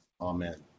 Amen